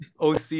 oc